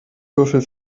würfel